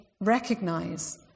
recognize